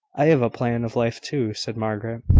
i have a plan of life, too, said margaret.